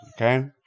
Okay